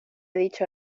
dicho